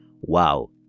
wow